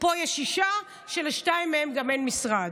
פה יש שישה, ולשתיים מהם גם אין משרד.